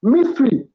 Mystery